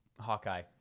Hawkeye